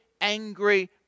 angry